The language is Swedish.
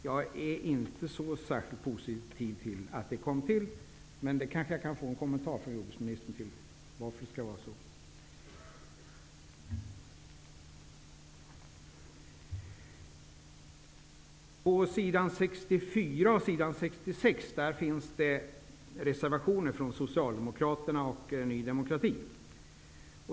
Jag är inte särskilt positiv till detta, men jag kanske kan få en kommentar från jordbruksministern om detta. Socialdemokraterna och Ny demokrati.